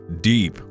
deep